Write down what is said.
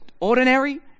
ordinary